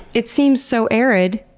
it seems so arid.